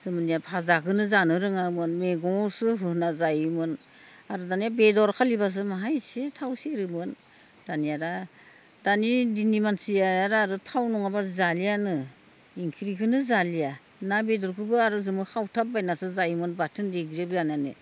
जोंनिया भाजाखोनो जानो रोङामोन मैगङावसो होना जायोमोन आरो दानिया बेदरखालिबासो माहाय इसे थाव सेरोमोन दानिया दा दानि दिननि मानसिया आरो थाव नङाबा जालियानो ओंख्रिखौनो जालिया ना बेदरखौबो आरो जोङो खावथाबबायनासो जायोमोन बाथोन देग्रेबजानो होननानै